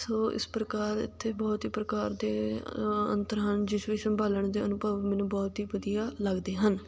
ਸੋ ਇਸ ਪ੍ਰਕਾਰ ਇੱਥੇ ਬਹੁਤ ਹੀ ਪ੍ਰਕਾਰ ਦੇ ਅੰਤਰ ਹਨ ਜਿਸ ਵਿੱਚ ਸੰਭਾਲਣ ਦੇ ਅਨੁਭਵ ਮੈਨੂੰ ਬਹੁਤ ਹੀ ਵਧੀਆ ਲੱਗਦੇ ਹਨ